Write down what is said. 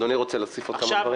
אדוני רוצה להוסיף עוד כמה דברים?